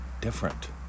different